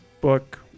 book